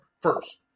first